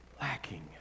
lacking